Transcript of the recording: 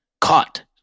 caught